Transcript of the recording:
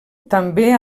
també